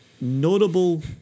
notable